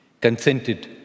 consented